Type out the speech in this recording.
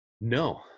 No